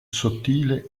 sottile